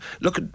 look